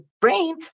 brain